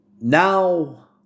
now